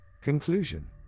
Conclusion